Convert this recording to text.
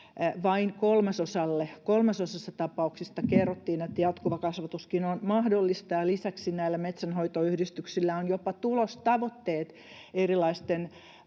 Vain kolmasosassa tapauksista kerrottiin, että jatkuva kasvatuskin on mahdollista, ja lisäksi näillä metsänhoitoyhdistyksillä on jopa tulostavoitteet erilaisten